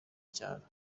byaro